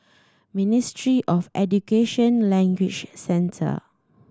Ministry of Education Language Centre